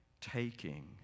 taking